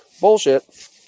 Bullshit